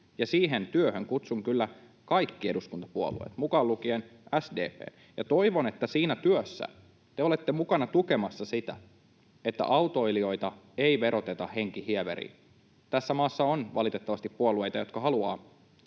siihen työhön kutsun kyllä kaikki eduskuntapuolueet, mukaan lukien SDP:n, ja toivon, että siinä työssä te olette mukana tukemassa sitä, että autoilijoita ei veroteta henkihieveriin. Tässä maassa on valitettavasti puolueita, jotka haluavat